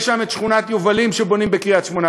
יש שם את שכונת-יובלים שבונים בקריית-שמונה,